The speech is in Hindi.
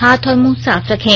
हाथ और मुंह साफ रखें